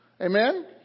Amen